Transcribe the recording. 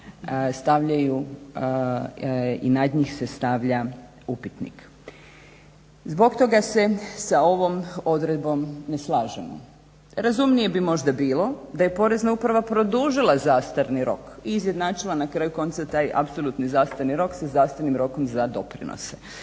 i nad njih se stavlja upitnik. Zbog toga se sa ovom odredbom ne slažemo. Razumnije bi možda bilo da je POrezna uprava produžila zastavni rok i izjednačila na kraju konca taj apsolutni zastarni rok sa zastarnim rokom za doprinose.